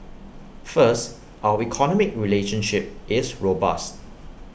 first our economic relationship is robust